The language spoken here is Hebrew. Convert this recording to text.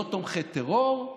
לא תומכי טרור,